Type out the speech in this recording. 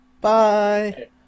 Bye